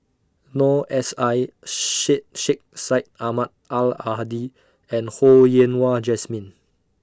Noor S I Sheikh Sheikh Syed Ahmad Al Are Hadi and Ho Yen Wah Jesmine